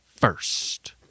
first